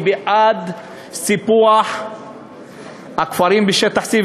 היא בעד סיפוח הכפרים בשטח C,